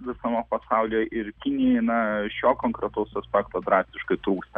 visame pasaulyj ir kinijai na šio konkretaus aspekto drastiškai trūksta